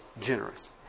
generous